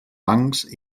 bancs